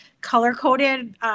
color-coded